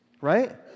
right